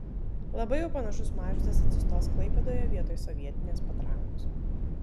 labai jau panašus mažvydas atsistos klaipėdoje vietoj sovietinės patrankos